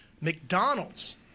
McDonald's